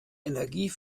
energie